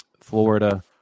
Florida